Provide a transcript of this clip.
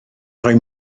rhoi